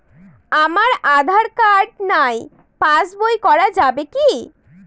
আমার আঁধার কার্ড নাই পাস বই করা যাবে কি?